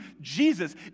Jesus